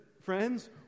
friends